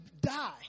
die